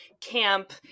camp